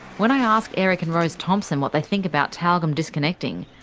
when i ask eric and rose thompson what they think about tyalgum disconnecting,